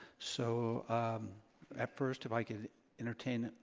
so at first if i could entertain,